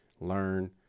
learn